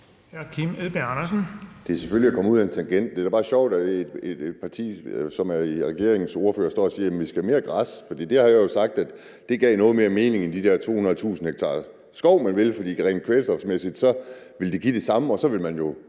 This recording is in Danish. er selvfølgelig at komme ud ad en tangent. Det er da bare sjovt, at ordføreren for et parti, som er i regering, står og siger, at vi skal have mere græs. For det har jeg jo sagt gav noget mere mening end de der 200.000 ha skov, man vil have, fordi det rent kvælstofsmæssigt vil give det samme, og så vil man jo